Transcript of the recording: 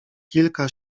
kilka